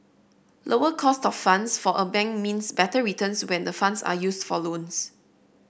lower cost of funds for a bank means better returns when the funds are used for loans